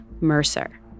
Mercer